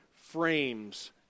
frames